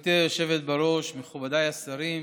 גברתי היושבת-ראש, מכובדיי השרים,